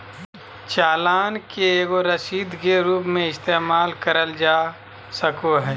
चालान के एगो रसीद के रूप मे इस्तेमाल करल जा सको हय